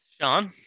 Sean